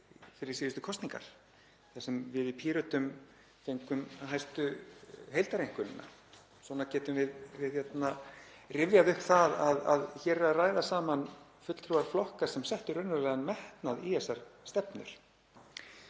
þar sem við í Pírötum fengum hæstu heildareinkunnina. Svona getum við rifjað upp að hér eru að ræða saman fulltrúar flokka sem settu raunverulegan metnað í þessar stefnur.